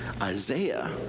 Isaiah